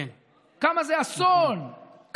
כמה זה אסון,